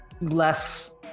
less